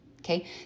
Okay